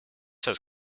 has